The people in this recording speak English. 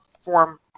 form